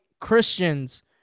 Christians